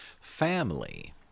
family